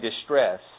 distress